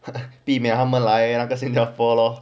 避免他们来了个新加坡 lor